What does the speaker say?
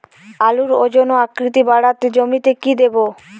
আলুর ওজন ও আকৃতি বাড়াতে জমিতে কি দেবো?